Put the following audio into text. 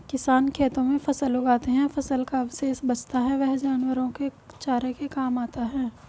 किसान खेतों में फसल उगाते है, फसल का अवशेष बचता है वह जानवरों के चारे के काम आता है